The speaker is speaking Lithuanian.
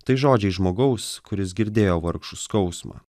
tai žodžiai žmogaus kuris girdėjo vargšų skausmą